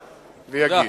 ויגיש.